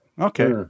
Okay